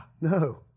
No